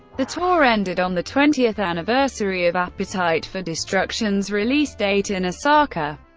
the tour ended on the twentieth anniversary of appetite for destructions release date, in osaka.